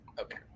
okay